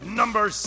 number